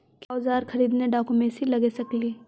क्या ओजार खरीदने ड़ाओकमेसे लगे सकेली?